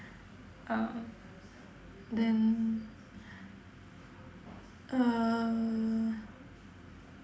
uh then uh